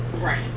Right